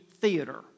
Theater